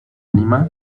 lima